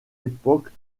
époques